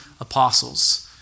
apostles